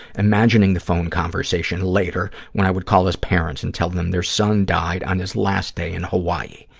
imagining the phone conversation later when i would call his parents and tell them their son died on his last day in hawaii.